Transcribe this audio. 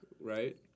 right